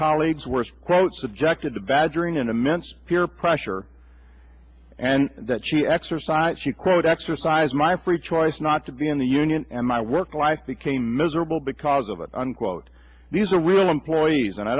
colleagues were quote subjected to badgering and immense peer pressure and that she exercised she quote exercised my free choice not to be in the union and my work life became miserable because of it unquote these are real employees and i